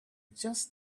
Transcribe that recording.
just